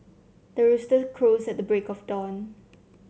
the rooster crows at the break of dawn